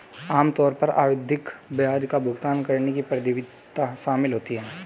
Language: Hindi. आम तौर पर आवधिक ब्याज का भुगतान करने की प्रतिबद्धता शामिल होती है